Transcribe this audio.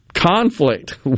Conflict